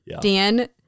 dan